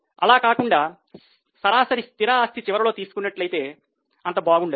ఇలా కాకుండా సరాసరి స్థిర ఆస్తి చివరలో తీసుకున్నట్లయితే అంత బాగుండదు